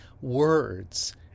words